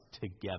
together